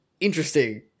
interesting